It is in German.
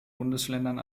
bundesländern